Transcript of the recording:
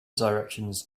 directions